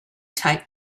tight